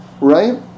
right